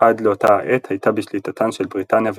עד לאותה העת הייתה בשליטתן של בריטניה וצרפת.